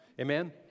Amen